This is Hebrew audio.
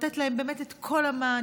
לתת להם באמת את כל המענה,